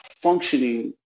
functioning